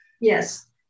Yes